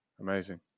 amazing